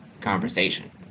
conversation